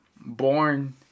born